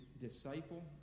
disciple